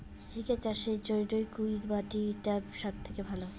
ঝিঙ্গা চাষের জইন্যে কুন মাটি টা সব থাকি ভালো?